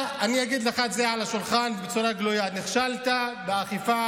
אני אגיד לך את זה על השולחן בצורה גלויה: נכשלת באכיפה,